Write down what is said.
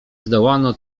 zdołano